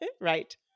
right